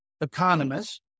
economists